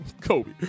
Kobe